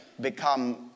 become